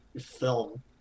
film